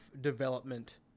development